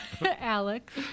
Alex